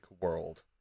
world